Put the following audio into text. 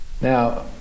now